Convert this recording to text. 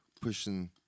pushing